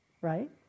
right